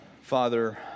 Father